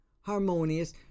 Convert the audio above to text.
harmonious